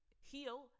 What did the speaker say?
heal